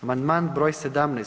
Amandman broj 17.